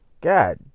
God